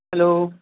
hello